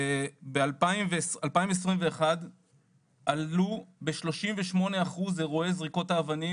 ב-2021 עלו ב-38% אירועי זריקות האבנים